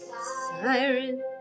Sirens